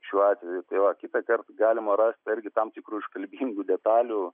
šiuo atveju tai va kitą kartą galima rast irgi tam tikrų iškalbingų detalių